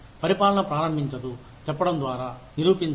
పరిపాలన ప్రారంభించదు చెప్పడం ద్వారా నిరూపించండి